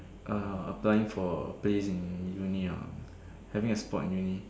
eh applying for a place in Uni ah having a spot in Uni